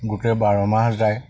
গোটেই বাৰ মাহ যায়